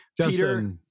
Peter